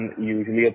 usually